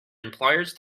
employers